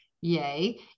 yay